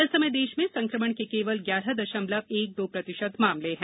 इस समय देश में संक्रमण के केवल ग्यारह दशमलव एक दो प्रतिशत मामले हैं